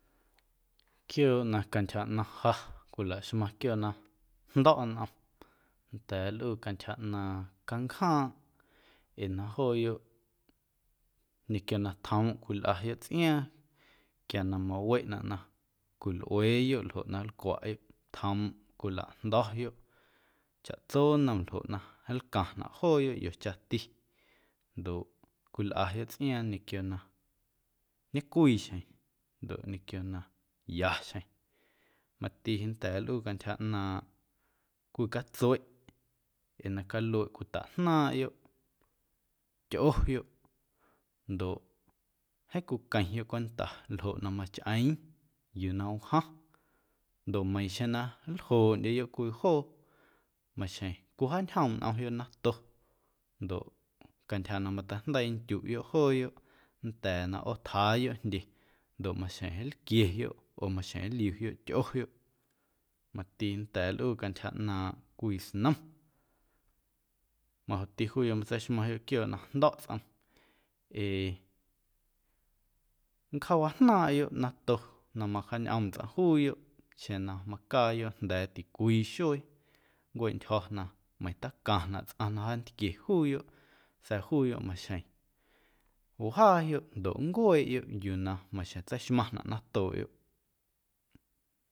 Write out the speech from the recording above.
Quiooꞌ na cantyja ꞌnaⁿ ja cwilaxmaⁿ quiooꞌ na jndo̱ꞌ nꞌom nnda̱a̱ nlꞌuu cantyja ꞌnaaⁿ canjaaⁿꞌ ee na jooyoꞌ ñequio na tjoomꞌ cwilꞌayoꞌ tsꞌiaaⁿ quia na maweꞌnaꞌ cwilꞌueeyoꞌ ljoꞌ na nlcwaꞌyoꞌ tjoomꞌ cwilajndo̱yoꞌ chaꞌtso nnom ljoꞌ na nlcaⁿnaꞌ jooyoꞌ ꞌiochati ndoꞌ cwilꞌayoꞌ tsꞌiaaⁿ ñequio na ñecwii xjeⁿ ndoꞌ ñequio na ya xjeⁿ mati nnda̱a̱ nlꞌuu cantyja ꞌnaaⁿꞌ cwii catsueꞌ ee na calueꞌ cwitajnaaⁿꞌyoꞌ tyꞌoyoꞌ ndoꞌ jeeⁿ cwiqueⁿyoꞌ cwenta ljoꞌ na machꞌeeⁿ yuu na wjaⁿ ndoꞌ meiiⁿ xjeⁿ na nljooꞌndyeyoꞌ cwii joo maxjeⁿ cwijaañjoomꞌ nꞌomyoꞌ nato ndoꞌ cantyja na mateijndeii ndyuꞌyoꞌ jooyoꞌ nnda̱a̱ na ꞌootjaayoꞌ jndye ndoꞌ maxjeⁿ nlquieyoꞌ oo maxjeⁿ nliuyoꞌ tyꞌoyoꞌ mati nnda̱a̱ nlꞌuu cantyja ꞌnaaⁿꞌ cwii snom majoꞌti juuyoꞌ matseixmaⁿyoꞌ quiooꞌ na jndo̱ꞌ tsꞌom ee nncjaawajnaaⁿꞌyoꞌ nato na majaañꞌoom tsꞌaⁿ juuyoꞌ xeⁿ na macaayoꞌ jnda̱a̱ ticwii xuee nncueꞌntyjo̱ na meiiⁿ tacaⁿnaꞌ tsꞌaⁿ na jaantquie juuyoꞌ sa̱a̱ juuyoꞌ maxjeⁿ wjaayoꞌ ndoꞌ nncueeꞌyoꞌ yuu na maxjeⁿ tseixmaⁿnaꞌ na natooꞌyoꞌ.